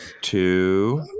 two